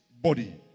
body